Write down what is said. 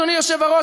אדוני היושב-ראש,